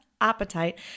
appetite